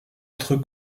autres